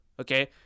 okay